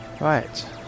Right